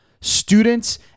students